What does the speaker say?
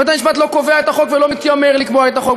בית-המשפט לא קובע את החוק ולא מתיימר לקבוע את החוק,